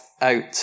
out